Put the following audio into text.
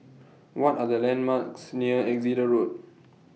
What Are The landmarks near Exeter Road